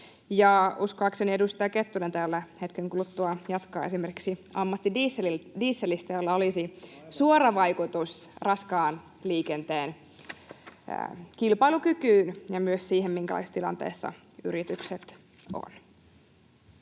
Uskoakseni edustaja Kettunen täällä hetken kuluttua jatkaa esimerkiksi ammattidieselistä, jolla olisi suora vaikutus raskaan liikenteen kilpailukykyyn ja myös siihen, minkälaisessa tilanteessa yritykset ovat.